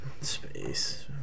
Space